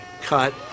cut